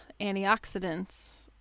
antioxidants